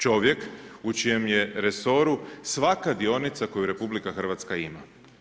Čovjek u čijem je resoru svaka dionica koju RH ima.